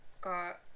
got